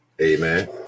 amen